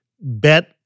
bet